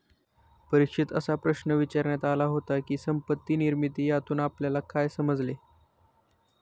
परीक्षेत असा प्रश्न विचारण्यात आला होता की, संपत्ती निर्मिती यातून आपल्याला काय समजले?